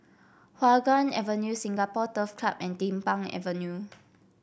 Hua Guan Avenue Singapore Turf Club and Din Pang Avenue